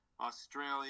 Australia